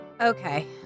Okay